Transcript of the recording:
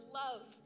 love